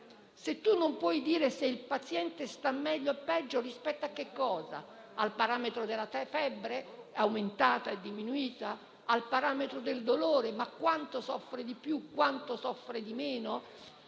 numeri, non lo dire. Il paziente sta meglio o peggio rispetto a che cosa: al parametro della febbre aumentata o diminuita? C'è il parametro del dolore: ma quanto soffre di più e quanto soffre di meno?